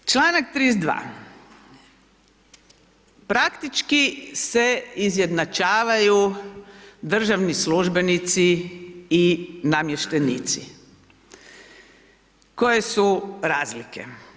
Članak 32. praktički se izjednačavaju državni službenici i namještenici, koje su razlike?